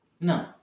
No